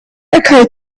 occurred